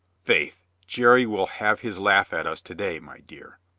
faith, jerry will have his laugh at us to-day, my dear.